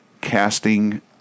Casting